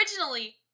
originally